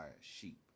sheep